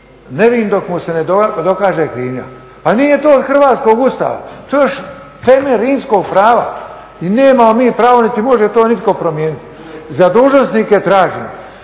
nevin dok mu se ne dokaže krivnja. Pa nije to od hrvatskog Ustava, to je još temelj rimskog prava. I nemamo mi pravo niti može to nitko promijeniti. Za dužnosnike tražim